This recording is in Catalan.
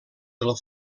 del